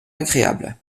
agréable